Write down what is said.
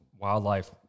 wildlife